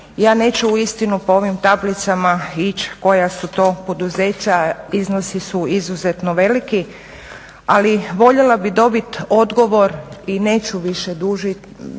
Ja neću uistinu po ovim tablicama ići koja su to poduzeća, iznosi su izuzetno veliki, ali voljela bih dobiti odgovor i neću više duljiti